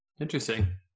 Interesting